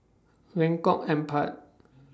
Lengkok Empat